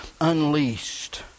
unleashed